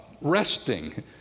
Resting